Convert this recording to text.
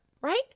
right